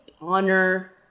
honor